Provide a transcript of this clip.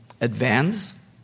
advance